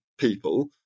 people